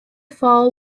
fall